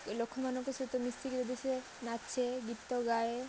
ଲୋକମାନଙ୍କ ସହିତ ମିଶିକି ବି ସେ ନାଚେ ଗୀତ ଗାଏ